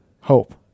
hope